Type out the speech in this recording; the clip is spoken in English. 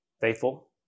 Faithful